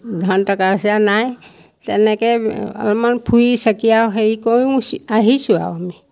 ধন টকা পইচা নাই তেনেকৈ অলপমান ফুৰি চাকি আৰু হেৰি কৰোঁ আহিছোঁ আৰু আমি